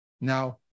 Now